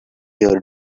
your